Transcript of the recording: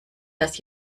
dass